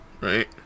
right